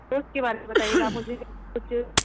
दोस्त के बारे में बताइएगा आप मुझे कुछ